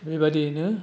बेबायदियैनो